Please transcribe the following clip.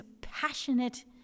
passionate